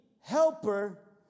helper